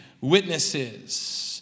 witnesses